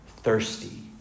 thirsty